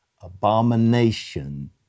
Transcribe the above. abomination